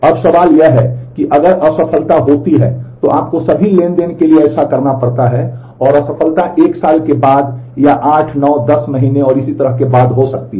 अब सवाल यह है कि अगर असफलता होती है तो आपको सभी ट्रांज़ैक्शन के लिए ऐसा करना पड़ता है और असफलता 1 साल के बाद या 8 9 10 महीने और इसी तरह के बाद हो सकती है